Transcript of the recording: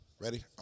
ready